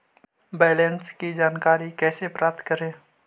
Balance की जानकारी कैसे प्राप्त करे?